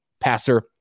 passer